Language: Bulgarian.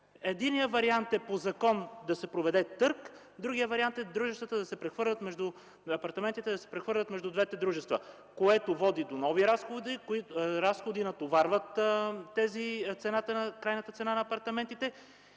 Единият вариант е по закон да се проведе търг, другият вариант е апартаментите да се прехвърлят между двете дружества. Това води до нови разходи, които натоварват крайната цена на апартаментите.